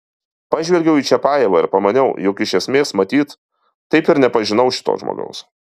pažvelgiau į čiapajevą ir pamaniau jog iš esmės matyt taip ir nepažinau šito žmogaus